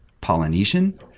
Polynesian